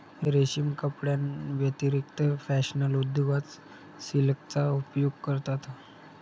रेशीम कपड्यांव्यतिरिक्त फॅशन उद्योगात सिल्कचा उपयोग करतात